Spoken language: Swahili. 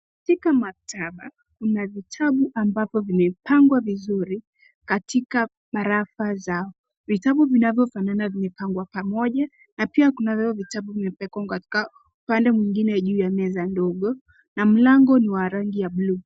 Katika maktaba, kuna vitabu ambavyo vimepangwa vizuri katika marafa zao. Vitabu vinavyofanana vimepangwa pamoja na pia kunavyo vitabu vimepangwa katika upande mwingine juu ya meza ndogo na mlango ni wa rangi ya bluu.